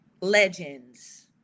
legends